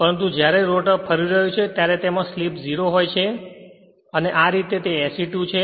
પરંતુ જ્યારે તે રોટર ફરી રહ્યું છે ત્યારે તેમાં સ્લિપ 0 હોય છે તેથી તે આ રીતે SE2 છે